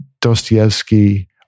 Dostoevsky